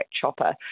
Chopper